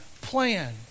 plan